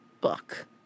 book